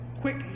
quick